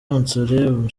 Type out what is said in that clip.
umushinga